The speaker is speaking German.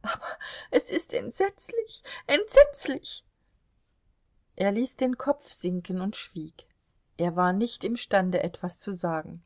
aber es ist entsetzlich entsetzlich er ließ den kopf sinken und schwieg er war nicht imstande etwas zu sagen